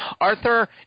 Arthur